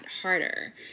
harder